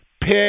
pick